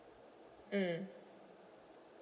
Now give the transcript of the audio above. mm